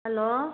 hello